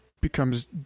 becomes